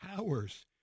hours